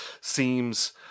seems